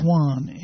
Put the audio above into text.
one